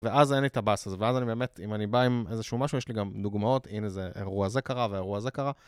ואז אין לי את הבאסה, ואז אני באמת, אם אני בא עם איזשהו משהו, יש לי גם דוגמאות, הנה זה, אירוע זה קרה, ואירוע זה קרה.